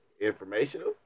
informational